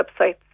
websites